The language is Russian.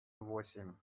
восемь